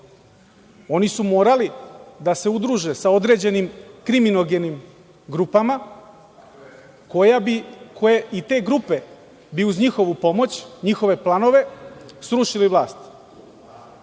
oni su morali da se udruže sa određenim kriminogenim grupama i te grupe bi uz njihovu pomoć, njihove planove, srušili vlast.